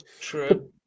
True